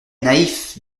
naïfs